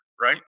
right